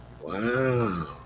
wow